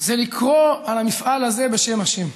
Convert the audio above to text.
זה לקרוא למפעל הזה בשם השם,